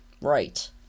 Right